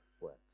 works